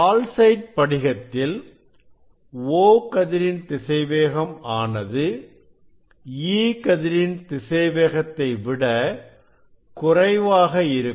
calcite படிகத்தில் O கதிரின் திசைவேகம் ஆனது E கதிரின் திசைவேகத்தை விட குறைவாக இருக்கும்